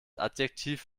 adjektiv